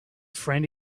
friend